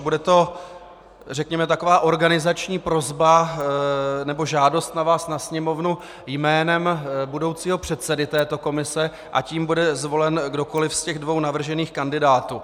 Bude to, řekněme, taková organizační prosba, nebo žádost na vás na Sněmovnu jménem budoucího předsedy této komise, ať jím bude zvolen kdokoli ze dvou navržených kandidátů.